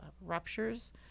ruptures